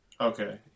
Okay